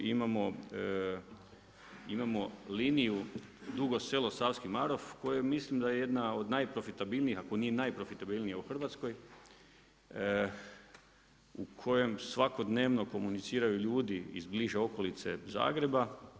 Imamo liniju Dugo Selo – Savski Marof koje mislim da je jedna od najprofitabilnijih, ako nije najprofitabilnija u Hrvatskoj u kojem svakodnevno komuniciraju ljudi iz bliže okolice Zagreba.